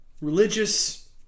religious